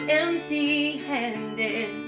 empty-handed